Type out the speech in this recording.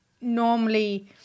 normally